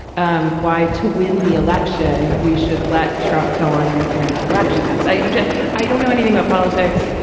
um why. to win the election we should let trump go on interfering with elections. i i don't know anything about politics.